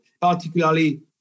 particularly